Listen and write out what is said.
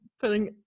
putting